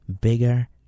bigger